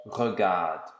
regarde